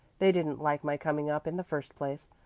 they didn't like my coming up in the first place.